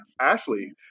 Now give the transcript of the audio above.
Ashley